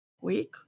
week